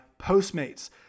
Postmates